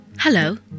Hello